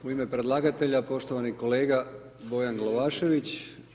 U ime predlagatelja poštovani kolega Bojan Glavašević.